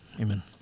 Amen